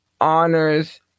honors